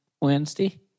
Wednesday